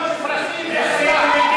שמות של פלסטינים זו הסתה?